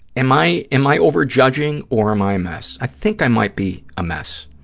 am i, am i over-judging, or am i mess? i think i might be a mess,